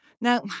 Now